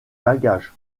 bagages